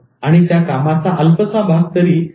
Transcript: आणि त्या कामाचा अल्पसा भाग तरी तुम्ही करणारच